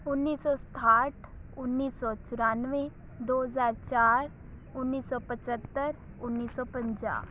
ਉੱਨੀ ਸੌ ਸਤਾਹਠ ਉੱਨੀ ਸੌ ਚਰੱਨਵੇ ਦੋ ਹਜ਼ਾਰ ਚਾਰ ਉੱਨੀ ਸੌ ਪਚੱਤਰ ਉੱਨੀ ਸੌ ਪੰਜਾਹ